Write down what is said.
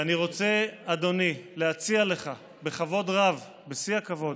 ואני רוצה, אדוני, להציע לך בכבוד רב, בשיא הכבוד,